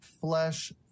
flesh